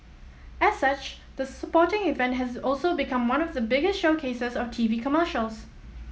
as such the sporting event has also become one of the biggest showcases of TV commercials